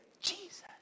Jesus